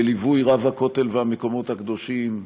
בליווי רב הכותל והמקומות הקדושים,